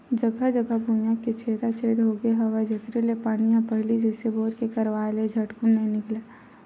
जघा जघा भुइयां के छेदा छेद होगे हवय जेखर ले पानी ह पहिली जइसे बोर के करवाय ले झटकुन नइ निकलय